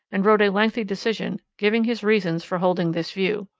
and wrote a lengthy decision, giving his reasons for holding this view.